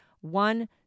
one